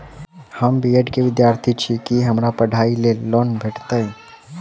हम B Ed केँ विद्यार्थी छी, की हमरा पढ़ाई लेल लोन भेटतय?